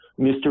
Mr